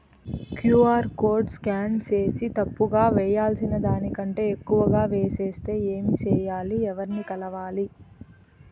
QR code scan సేసి తప్పు గా వేయాల్సిన దానికంటే ఎక్కువగా వేసెస్తే ఏమి సెయ్యాలి? ఎవర్ని కలవాలి?